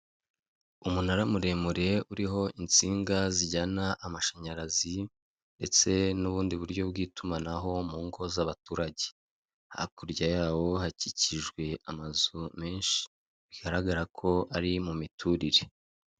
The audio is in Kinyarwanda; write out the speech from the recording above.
Umunara muremure uriho insinga zijyana amashanyarazi, ndetse n'ubundi buryo bw'itumanaho mu ngo z'abaturage. Hakurya yawo hakikijwe amazu menshi. Bigaragara ko ari mu miturire.